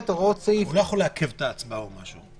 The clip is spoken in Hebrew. הוא לא יכול לעכב את ההצבעה או משהו?